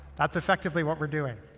that's effectively what we're doing.